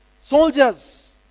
soldiers